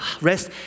rest